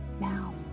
now